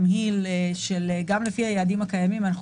לפי היעדים הקיימים,